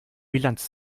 bilanz